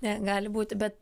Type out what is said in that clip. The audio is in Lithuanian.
ne gali būti bet